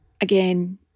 Again